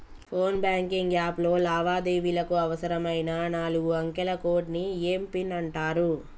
phone banking app లో లావాదేవీలకు అవసరమైన నాలుగు అంకెల కోడ్ని ఏం పిన్ అంటారు